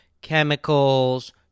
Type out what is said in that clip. Chemicals